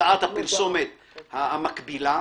מודעת הפרסומת המקבילה.